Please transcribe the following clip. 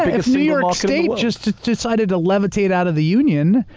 if new york state just decided to levitate out of the union,